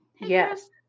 Yes